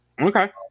Okay